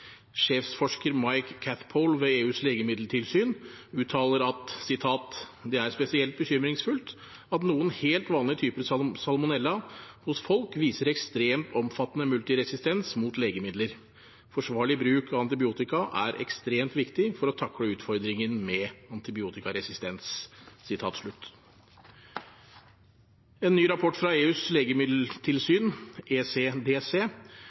Sjefsforsker Mike Catchpole ved EUs legmiddeltilsyn uttaler: «Det er spesielt bekymringsfullt at noen helt vanlige typer salmonella hos folk viser ekstremt omfattende multiresistens mot legemidler. Forsvarlig bruk av antibiotika er ekstremt viktig for å takle utfordringen med antibiotikaresistens.» En ny rapport fra EUs